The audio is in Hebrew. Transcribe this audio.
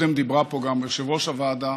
קודם דיברה פה גם יושבת-ראש הוועדה.